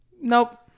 Nope